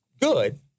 good